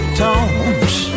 tones